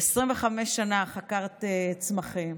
25 שנה חקרת צמחים,